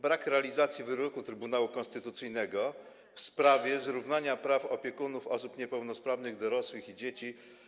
Brak realizacji wyroku Trybunału Konstytucyjnego w sprawie zrównania praw opiekunów osób niepełnosprawnych - dorosłych i dzieci.